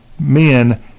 men